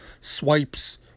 swipes